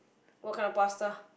what kind of pasta